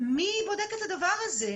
מי בודק את הדבר הזה?